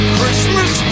Christmas